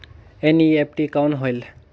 NEFT कौन होएल?